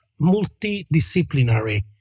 multidisciplinary